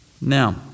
Now